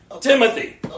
Timothy